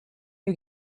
you